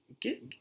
get